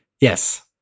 Yes